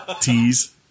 Tease